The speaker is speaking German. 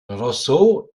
roseau